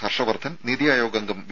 ഹർഷവർദ്ധൻ നീതി ആയോഗ് അംഗം വി